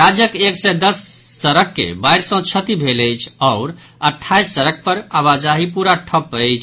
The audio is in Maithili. राज्यक एक सय दस सड़क के बाढ़ि सॅ क्षति भेल अछि आओर अठाइस सड़क पर आबाजाही प्रा ठप्प अछि